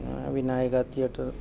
Vinayaka theatre